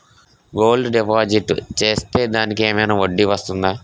Gold deposit చేస్తే దానికి ఏమైనా వడ్డీ వస్తుందా?